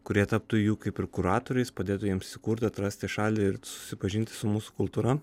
kurie taptų jų kaip ir kuratoriais padėtų jiems įsikurti atrasti šalį ir susipažinti su mūsų kultūra